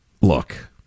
Look